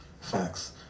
Facts